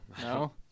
no